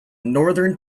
northern